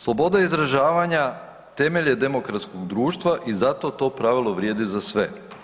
Sloboda izražavanja temelj je demokratskog društva i zato to pravilo vrijedi za sve.